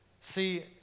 See